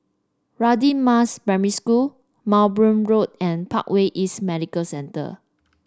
Radin Mas Primary School Mowbray Road and Parkway East Medical Center